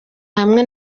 hamwe